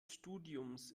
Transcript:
studiums